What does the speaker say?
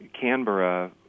Canberra